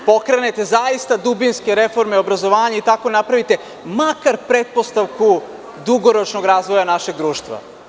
Pokrenete zaista dubinske reforme obrazovanja i tako napravite makar pretpostavku dugoročnog razvoja našeg društva.